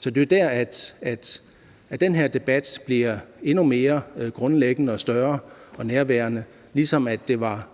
Så det er jo der, hvor den her debat bliver endnu mere grundlæggende, større og endnu mere nærværende, ligesom